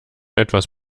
etwas